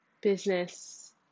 business